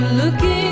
looking